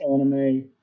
anime